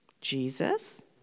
Jesus